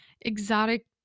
exotic